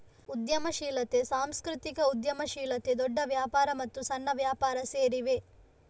ಉದ್ಯಮಶೀಲತೆ, ಸಾಂಸ್ಕೃತಿಕ ಉದ್ಯಮಶೀಲತೆ, ದೊಡ್ಡ ವ್ಯಾಪಾರ ಮತ್ತು ಸಣ್ಣ ವ್ಯಾಪಾರ ಸೇರಿವೆ